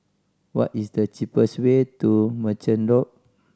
what is the cheapest way to Merchant Loop